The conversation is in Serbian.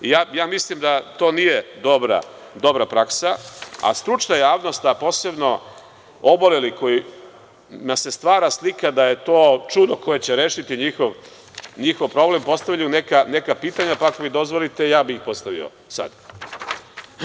Mislim da to nije dobra praksa, a stručna javnost, a posebno oboleli, kojima se stvara slika da je to čudo koje će rešiti njihov problem, postavljaju neka pitanja pa, ako mi dozvolite, ja bih ih postavio sada.